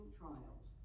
trials